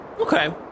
Okay